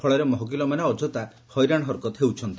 ଫଳରେ ମହକିଲମାନେ ଅଯଥା ହଇରାଣ ହରକତ ହେଉଛନ୍ତି